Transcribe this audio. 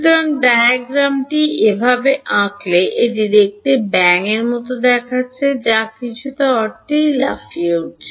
সুতরাং ডায়াগ্রামটি এভাবে আঁকলে এটি দেখতে ব্যাঙের মতো দেখাচ্ছে যা কিছুটা অর্থেই লাফিয়ে উঠছে